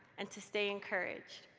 and to stay encouraged.